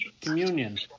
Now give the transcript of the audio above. communion